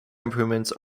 improvements